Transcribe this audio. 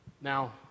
Now